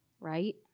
right